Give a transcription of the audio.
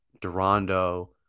Durando